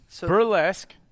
Burlesque